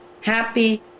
happy